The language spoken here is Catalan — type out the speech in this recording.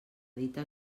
dita